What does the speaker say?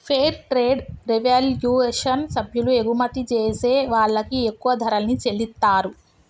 fair trade revolution సభ్యులు ఎగుమతి జేసే వాళ్ళకి ఎక్కువ ధరల్ని చెల్లిత్తారు